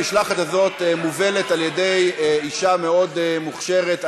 המשלחת הזאת מובלת על-ידי אישה מאוד מוכשרת,